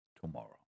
tomorrow